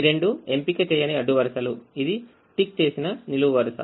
ఈ రెండు ఎంపిక చేయని అడ్డు వరుసలు ఇది టిక్ చేసిన నిలువు వరుస